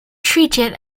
treated